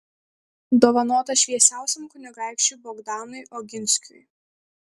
dovanota šviesiausiam kunigaikščiui bogdanui oginskiui